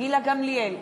גילה גמליאל,